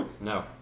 No